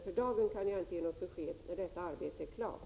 För dagen kan jag emellertid inte ge besked om när detta arbete är klart.